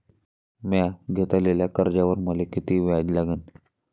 म्या घेतलेल्या कर्जावर मले किती व्याज लागन?